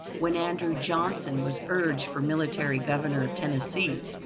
when andrew johnson was urged for military governor of tennessee,